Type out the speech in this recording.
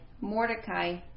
Mordecai